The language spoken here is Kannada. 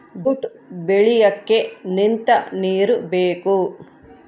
ಜೂಟ್ ಬೆಳಿಯಕ್ಕೆ ನಿಂತ ನೀರು ಬೇಕು